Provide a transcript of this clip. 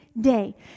day